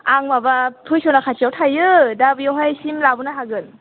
आं माबा पुलिस थाना खाथियाव थायो दा बेवहायसिम लाबोनो हागोन